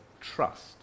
trust